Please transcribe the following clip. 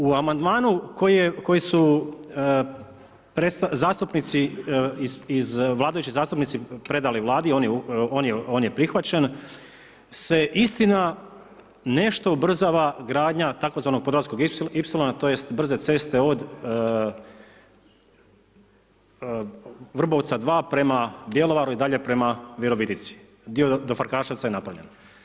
U amandman koji su zastupnici, vladajući zastupnici predali Vladi, on je prihvaćen se istina nešto ubrzava gradnja tzv. Podravskog ipsilona, tj. brze ceste od Vrbovca II. prema Bjelovaru i dalje prema Virovitici, dio do Ferkaševca je napravljen.